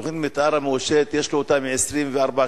תוכנית המיתאר המאושרת, יש לה 24 שנים.